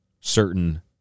certain